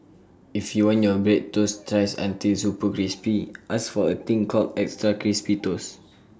if you want your bread toasted thrice until super crispy ask for A thing called extra crispy toast